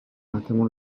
notamment